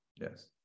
Yes